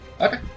Okay